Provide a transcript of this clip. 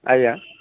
ଆଜ୍ଞା